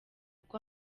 kuko